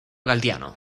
galdiano